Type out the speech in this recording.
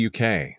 UK